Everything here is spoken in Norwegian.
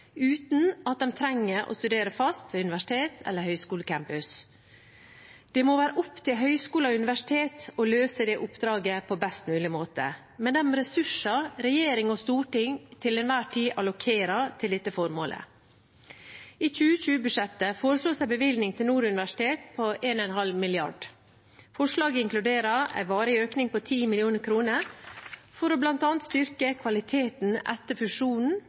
uten at de trenger å studere fast ved en universitets- eller høyskolecampus. Det må være opp til høyskoler og universiteter å løse det oppdraget på best mulig måte, med de ressurser regjering og storting til enhver tid allokerer til dette formålet. I 2020-budsjettet foreslås en bevilgning til Nord universitet på 1,5 mrd. kr. Forslaget inkluderer en varig økning på 10 mill. kr for bl.a. å styrke kvaliteten etter fusjonen